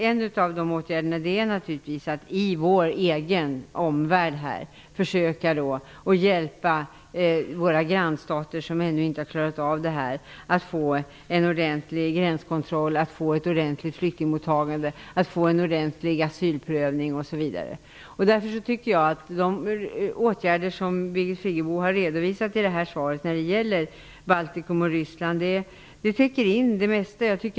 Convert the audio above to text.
En av de åtgärder som kan vidtas är naturligtvis att vi i vår egen omvärld försöker hjälpa våra grannstater som ännu inte har klarat av detta att få en ordentlig gränskontroll, ett ordentligt flyktingmottagande, en ordentlig asylprövning, osv. De åtgärder som Birgit Friggebo har redovisat i svaret när det gäller Baltikum och Ryssland täcker också in det mesta.